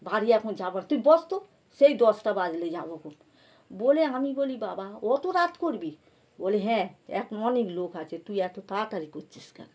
বাড়ি এখন যাবার তুই বসো তো সেই দশটা বাজলে যাবোখন বলে আমি বলি বাবা অত রাত করবি বলে হ্যাঁ এখন অনেক লোক আছে তুই এত তাড়াতাড়ি করছিস কেন